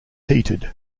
heated